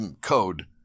code